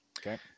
Okay